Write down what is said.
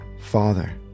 father